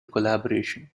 collaboration